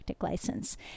license